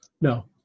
No